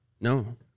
No